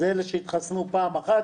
וזה כולל את אלה שהתחסנו פעם אחת